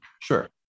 Sure